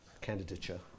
candidature